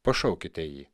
pašaukite jį